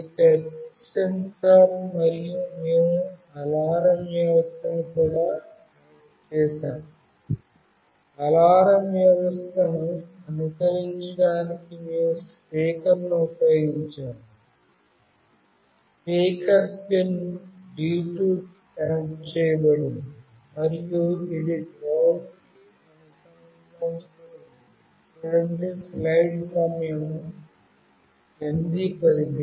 ఇది touch sensor మరియు మేము అలారం వ్యవస్థను కూడా కనెక్ట్ చేసాము అలారం వ్యవస్థను అనుకరించటానికి మేము స్పీకర్ను ఉపయోగించాం స్పీకర్ పిన్ D2కి కనెక్ట్ చేయబడింది మరియు ఇది గ్రౌండ్ కి అనుసంధానించబడి ఉంది